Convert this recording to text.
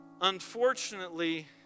unfortunately